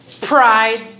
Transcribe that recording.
Pride